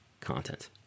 content